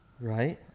right